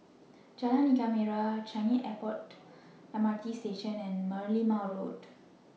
Jalan Ikan Merah Changi Airport M R T Station and Merlimau Road